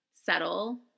settle